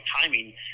timing